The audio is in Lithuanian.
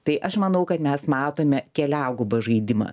tai aš manau kad mes matome keliagubą žaidimą